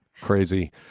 crazy